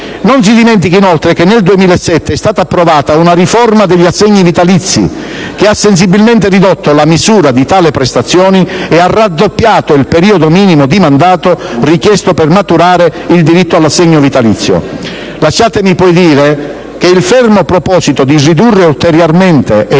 Non si dimentichi inoltre che nel 2007 è stata approvata una riforma degli assegni vitalizi, che ha sensibilmente ridotto la misura di tali prestazioni e ha raddoppiato il periodo minimo di mandato richiesto per maturare il diritto all'assegno vitalizio.